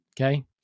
Okay